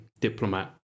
diplomat